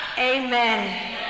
Amen